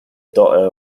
daughter